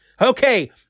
Okay